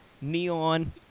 Neon